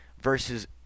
versus